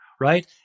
Right